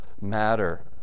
matter